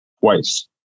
twice